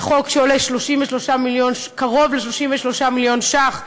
זה חוק שעולה קרוב ל-33 מיליון שקלים.